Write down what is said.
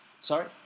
Sorry